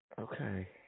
Okay